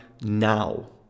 now